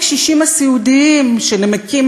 אולי נשלח אליהם את הקשישים הסיעודיים שנמקים